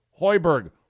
Hoiberg